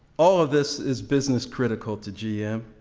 all of this is business critical to g m.